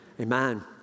amen